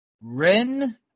Ren